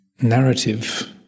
narrative